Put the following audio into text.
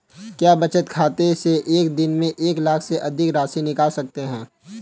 क्या बचत बैंक खाते से एक दिन में एक लाख से अधिक की राशि निकाल सकते हैं?